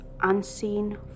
unseen